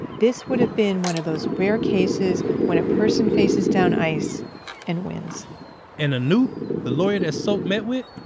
this would have been one of those rare cases when a person faces down ice and wins and anoop, the lawyer that sok met with,